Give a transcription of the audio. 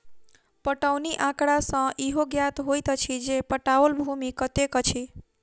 पटौनी आँकड़ा सॅ इहो ज्ञात होइत अछि जे पटाओल भूमि कतेक अछि